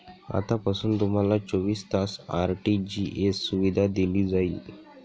आतापासून तुम्हाला चोवीस तास आर.टी.जी.एस सुविधा दिली जाईल